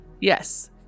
yes